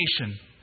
nation